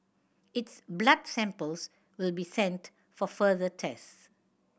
its blood samples will be sent for further tests